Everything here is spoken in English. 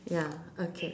ya okay